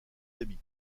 dhabi